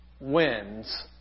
wins